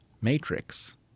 matrix